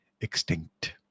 extinct